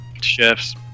Chefs